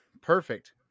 Perfect